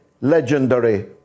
legendary